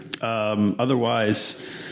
Otherwise